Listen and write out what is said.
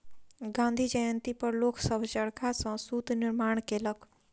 गाँधी जयंती पर लोक सभ चरखा सॅ सूत निर्माण केलक